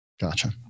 Gotcha